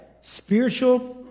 Spiritual